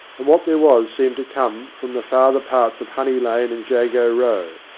and what there was seemed to come from the farther parts of honey lane and jago row.